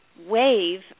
wave